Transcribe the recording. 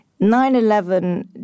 9-11